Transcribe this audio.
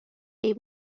عیب